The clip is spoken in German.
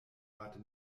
harte